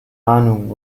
ahnung